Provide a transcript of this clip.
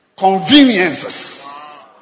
Conveniences